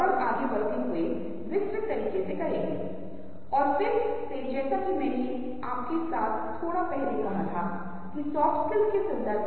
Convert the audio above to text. अब मूल रूप से यहाँ पर क्या हो रहा है अगर आपको स्लाइड में याद है जो मैंने आपके साथ साझा किया है तो पावर पॉइंट बनाने के बारे में